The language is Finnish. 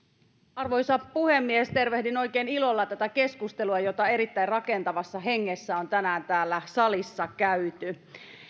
arvoisa puhemies tervehdin oikein ilolla tätä keskustelua jota erittäin rakentavassa hengessä on tänään täällä salissa käyty